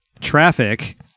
Traffic